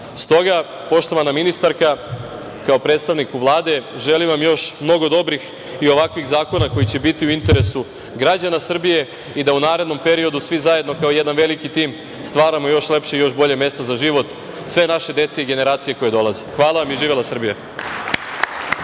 toga, poštovana ministarka, kao predstavniku Vlade, želim vam još mnogo dobrih i ovakvih zakona koji će biti u interesu građana Srbije i da u narednom periodu svi zajedno, kao jedan veliki tim, stvaramo još lepše i još bolje mesto za život sve naše dece i generacije koje dolaze. Hvala vam i živela Srbija!